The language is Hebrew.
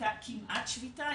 היתה כמעט שביתה,